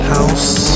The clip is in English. House